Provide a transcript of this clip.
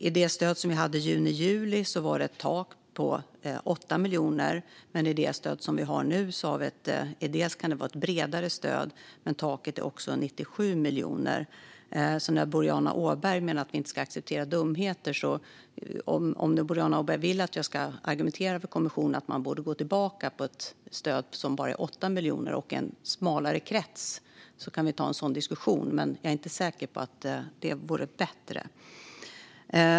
I det stöd som vi hade under juni och juli var det ett tak på 8 miljoner, men i det bredare stöd vi nu har är taket 97 miljoner. Boriana Åberg menar att vi inte ska acceptera dumheter. Om Boriana Åberg vill att jag inför kommissionen ska argumentera för att man borde gå tillbaka till ett stöd på 8 miljoner och en smalare krets kan vi ta en sådan diskussion, men jag är inte säker på att det vore bättre.